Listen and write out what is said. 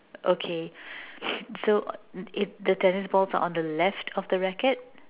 okay so eh the tennis balls are on the left of the racket